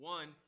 One